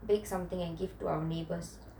bake something and give to our neighbours